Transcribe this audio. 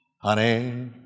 honey